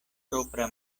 propra